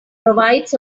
provides